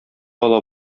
ала